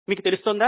మీకు తెలుస్తోందా